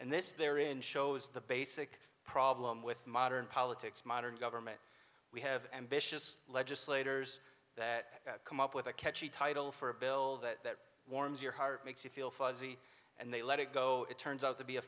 is there in shows the basic problem with modern politics modern government we have ambitious legislators that come up with a catchy title for a bill that warms your heart makes you feel fuzzy and they let it go it turns out to be a